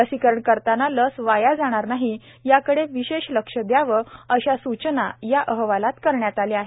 लसीकरण करतांना लस वाया जाणार नाही याकडे विशेष लक्ष दयावे अशा सूचना या अहवालात करण्यात आल्या आहेत